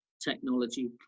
technology